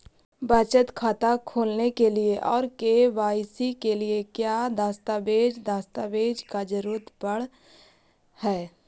बचत खाता खोलने के लिए और के.वाई.सी के लिए का क्या दस्तावेज़ दस्तावेज़ का जरूरत पड़ हैं?